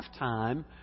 halftime